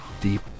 deep